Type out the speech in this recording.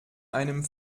einem